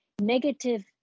negative